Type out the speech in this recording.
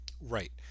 Right